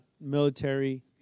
military